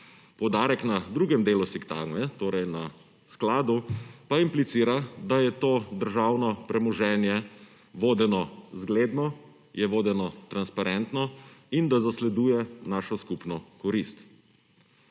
Poudarek na drugem delu sektagme, torej na skladu, pa implicira, da je to državno premoženje vodeno zgledno, je vodeno transparentno, in da zasleduje našo skupno korist.